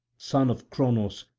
son of cronos,